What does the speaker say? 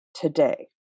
today